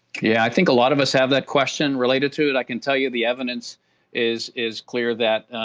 yeah, i think a lot of us have that question. related to it, i can tell you, the evidence is is clear that,